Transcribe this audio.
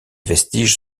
vestiges